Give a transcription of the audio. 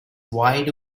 wide